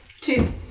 Two